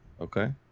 Okay